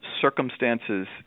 circumstances